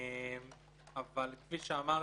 כפי שאמרתי,